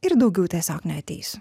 ir daugiau tiesiog neateisiu